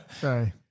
Sorry